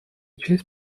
честь